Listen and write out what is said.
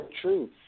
true